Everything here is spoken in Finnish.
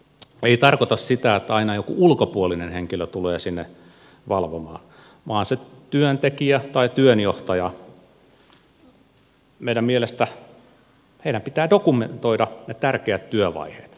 ei tarkoita sitä että aina joku ulkopuolinen henkilö tulee sinne valvomaan vaan sen työntekijän tai työnjohtajan meidän mielestämme pitää dokumentoida ne tärkeät työvaiheet